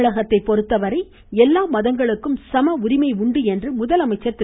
தமிழகத்தை பொறுத்தவரை எல்லா மதங்களுக்கும் சம உரிமை உண்டு என்று முதலமைச்சர் திரு